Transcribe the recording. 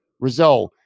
Rizzo